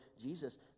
Jesus